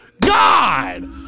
God